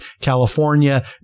California